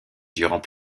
durant